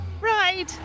Right